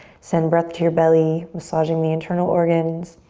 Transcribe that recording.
send breath to your belly, massaging the internal organs.